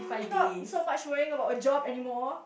not so much worrying about a job anymore